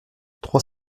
trois